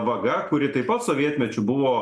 vaga kuri taip pat sovietmečiu buvo